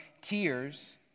tears